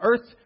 Earth